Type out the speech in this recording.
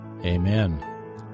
Amen